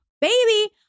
Baby